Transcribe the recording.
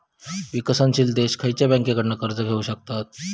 विकसनशील देश खयच्या बँकेंकडना कर्ज घेउ शकतत?